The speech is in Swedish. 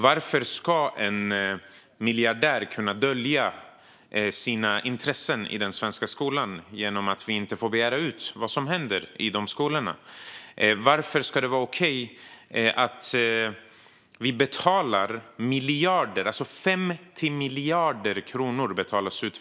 Varför ska en miljardär kunna dölja sina intressen i svenska skolan genom att vi inte får begära ut vad som händer i de skolorna? Varje år betalas 50 miljarder kronor ut till dessa privata skolkapitalister.